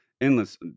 endless